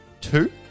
Two